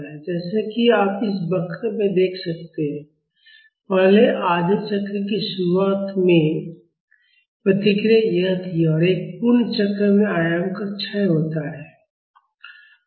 जैसा कि आप इस वक्र में देख सकते हैं पहले आधे चक्र की शुरुआत में प्रतिक्रिया यह थी और एक पूर्ण चक्र में आयाम का क्षय होता है